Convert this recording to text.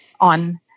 on